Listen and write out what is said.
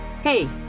Hey